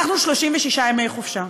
אנחנו, 36 ימי חופשה.